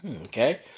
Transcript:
Okay